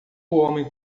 homem